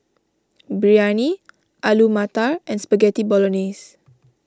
Biryani Alu Matar and Spaghetti Bolognese